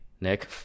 Nick